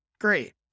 great